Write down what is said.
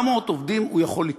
400 עובדים הוא יכול לקלוט.